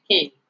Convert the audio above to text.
King